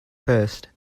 first